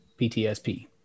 PTSP